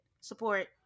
support